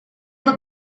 will